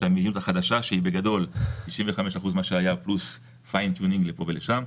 המדיניות החדשה שבגדול היא 95% מה שהיה פלוס כיוונון לפה או לשם.